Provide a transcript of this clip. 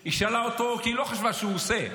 היא שאלה אותו כי היא לא חשבה שהוא עושה.